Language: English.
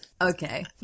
Okay